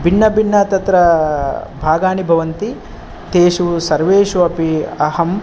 भिन्न भिन्न तत्र भागानि भवन्ति तेषु सर्वेषु अपि अहं